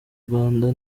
rwanda